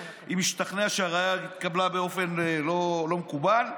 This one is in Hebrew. וכו', אם השתכנע שהראיה התקבלה באופן לא מקובל,